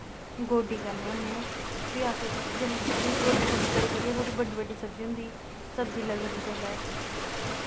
गोड्डी करने होने फ्ही अस उस्सी जिल्लै नि गोड्डी गुड्डी करी करियै थोह्ड़ी बड्डी बड्डी सब्जी होंदी सब्जी लगदी जिसलै